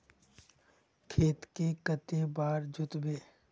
खेत के कते बार जोतबे?